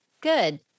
good